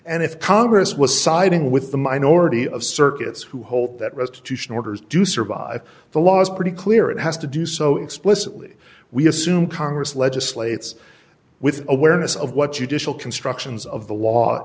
and if congress was siding with the minority of circuits who hold that restitution orders do survive the law is pretty clear it has to do so explicitly we assume congress legislates with awareness of what you dish will constructions of the law